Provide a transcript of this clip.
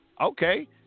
okay